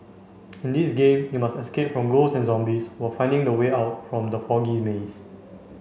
in this game you must escape from ghosts and zombies while finding the way out from the foggy maze